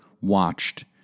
watched